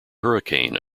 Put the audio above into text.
hurricane